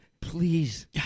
Please